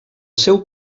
seu